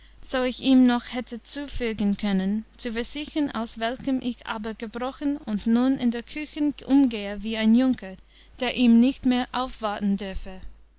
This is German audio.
ich ihm noch hätte zufügen können zu versichern aus welchem ich aber gebrochen und nun in der küchen umgehe wie ein junker der ihm nicht mehr aufwarten dörfe